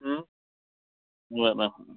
बरें